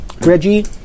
Reggie